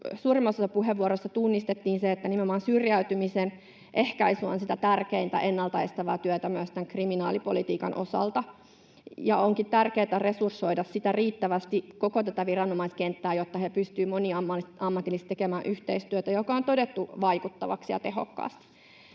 osassa puheenvuoroista tunnistettiin hyvin se, että nimenomaan syrjäytymisen ehkäisy on sitä tärkeintä ennaltaestävää työtä myös tämän kriminaalipolitiikan osalta. Onkin tärkeätä resursoida sitä riittävästi, koko tätä viranomaiskenttää, jotta he pystyvät moniammatillisesti tekemään yhteistyötä, joka on todettu vaikuttavaksi ja tehokkaasti.